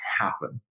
happen